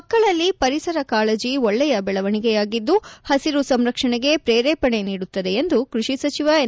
ಮಕ್ಕಳಲ್ಲಿ ಪರಿಸರ ಕಾಳಜಿ ಒಳ್ಳೆಯ ಬೆಳವಣಿಗೆಯಾಗಿದ್ದು ಹಸಿರು ಸಂರಕ್ಷಣೆಗೆ ಪ್ರೇರೇಪಣೆ ನೀಡುತ್ತದೆ ಎಂದು ಕ್ವಡಿ ಸಚಿವ ಎನ್